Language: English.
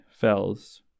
Fells